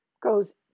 goes